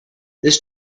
this